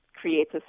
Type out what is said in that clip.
creates